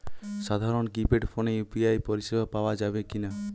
সাধারণ কিপেড ফোনে ইউ.পি.আই পরিসেবা পাওয়া যাবে কিনা?